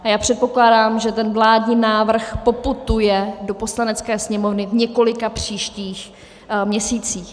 A předpokládám, že ten vládní návrh poputuje do Poslanecké sněmovny v několika příštích měsících.